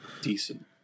Decent